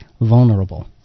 vulnerable